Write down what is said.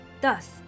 Thus